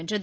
வென்றது